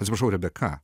atsiprašau rebeka